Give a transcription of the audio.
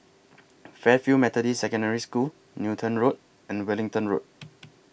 Fairfield Methodist Secondary School Newton Road and Wellington Road